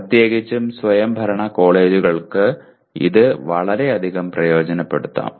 പ്രത്യേകിച്ചും സ്വയംഭരണ കോളേജുകൾക്ക് ഇത് വളരെയധികം പ്രയോജനപ്പെടുത്താം